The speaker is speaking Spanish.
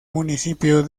municipio